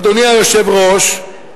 אדוני היושב-ראש,